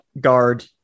guard